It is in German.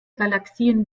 galaxien